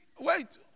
Wait